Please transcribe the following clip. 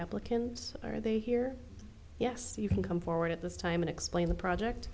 applicants are they here yes you can come forward at this time and explain the project